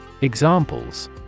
Examples